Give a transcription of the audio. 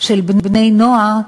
של בני-נוער,